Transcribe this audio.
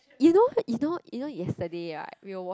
you know you know you know yesterday right we were wat~